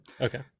okay